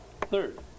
Third